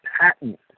patent